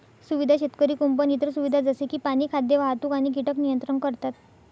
सुविधा शेतकरी कुंपण इतर सुविधा जसे की पाणी, खाद्य, वाहतूक आणि कीटक नियंत्रण करतात